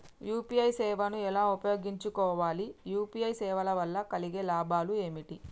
UPI సేవను ఎలా ఉపయోగించు కోవాలి? యూ.పీ.ఐ సేవల వల్ల కలిగే లాభాలు ఏమిటి?